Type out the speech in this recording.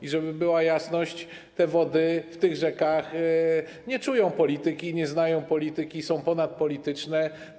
I żeby była jasność - wody w tych rzekach nie czują polityki, nie znają polityki, są ponadpolityczne.